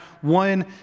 one